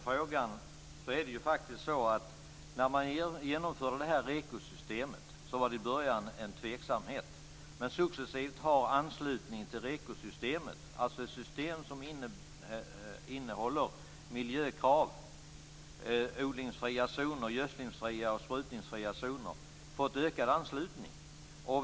Fru talman! När man genomförde REKO systemet var det i början en tveksamhet, men successivt har anslutningen till REKO-systemet, dvs. ett system som innehåller miljökrav, odlingsfria, gödslingsfria och sprutningsfria zoner, fått ökad anslutning.